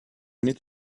need